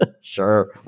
sure